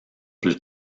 plus